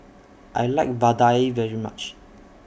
I like Vadai very much